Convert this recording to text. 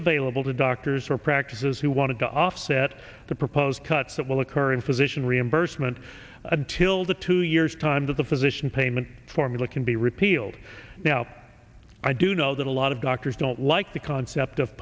available to doctors for practices who want to offset the proposed cuts that will occur in physician reimbursement until the two years time to the physician payment formula can be repealed now i do know that a lot of doctors don't like the concept of